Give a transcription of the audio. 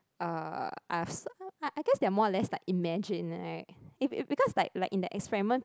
uh us I I guess they are more or less like imagined [right] if if because like like in the experiment